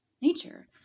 nature